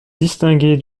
distinguer